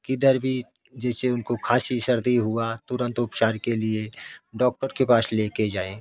किधर भी जैसे उनको खासी सर्दी हुआ तुरंत उपचार के लिए डॉक्टर के पास लेकर जाए